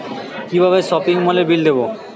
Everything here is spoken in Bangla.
কিভাবে সপিং মলের বিল দেবো?